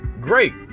great